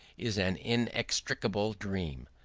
is an inextricable dream.